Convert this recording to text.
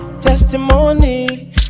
testimony